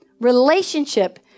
Relationship